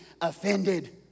offended